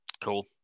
Cool